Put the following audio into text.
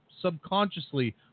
subconsciously